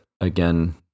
again